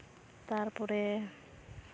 ᱛᱟᱨᱯᱚᱨᱮ